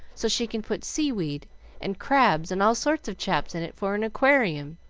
so she can put seaweed and crabs and all sorts of chaps in it for an aquarium,